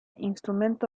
instrumento